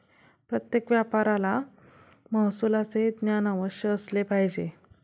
प्रत्येक व्यापाऱ्याला महसुलाचे ज्ञान अवश्य असले पाहिजे